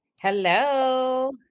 Hello